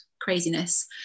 craziness